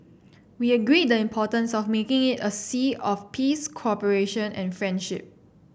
we agreed the importance of making it a sea of peace cooperation and friendship